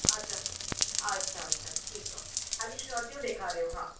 अच्छा अच्छा अच्छा ठीकु आ खाली शटियूं ॾेखारियो हा